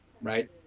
Right